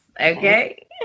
Okay